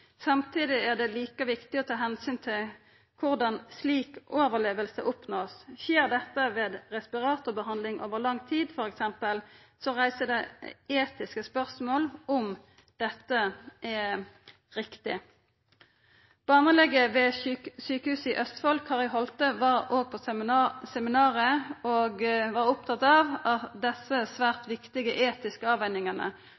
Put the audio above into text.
Samtidig er det like viktig å ta omsyn til korleis slik overleving vert nådd. Skjer dette ved respiratorbehandling over lang tid f.eks., reiser det etiske spørsmål om dette er rett. Barnelege ved Sykehuset Østfold Kari Holte var òg på seminaret, og ho var opptatt av